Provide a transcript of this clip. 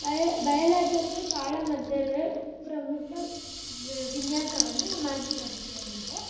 ಬಯ ಬಯಲಾಟಕ್ಕೂ ತಾಳಮದ್ದಳೆ ಪ್ರಮುಖ ವಿನ್ಯಾಸವನ್ನು ಈ ಮಾತುಗಾರಿಕೆಯಲ್ಲಿದೆ